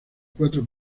cuatro